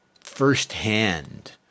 first-hand